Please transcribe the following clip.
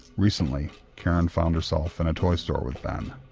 recently karen found herself in a toy store with ben.